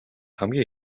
хамгийн